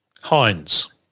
Heinz